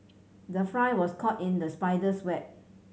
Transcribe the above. the fly was caught in the spider's web